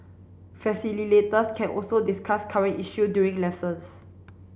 can also discuss current issue during lessons